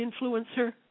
influencer